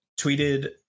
tweeted